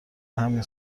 همین